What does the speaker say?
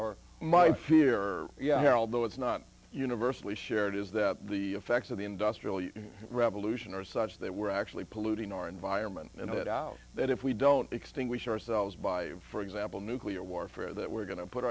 or might fear or yeah here although it's not universally shared is that the effects of the industrial you revolution are such that we're actually polluting our environment and it out that if we don't extinguish ourselves by for example nuclear warfare that we're go